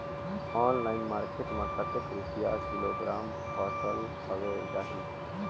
Online market मां कतेक रुपिया किलोग्राम फसल हवे जाही?